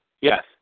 Yes